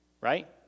Right